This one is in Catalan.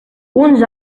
uns